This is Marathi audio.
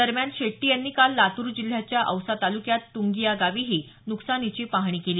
दरम्यान शेट्टी यांनी काल लातूर जिल्ह्याच्या औसा तालुक्यातल्या तुंगी या गावीही न्कसानीची पाहणी केली